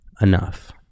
enough